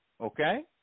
okay